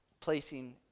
placing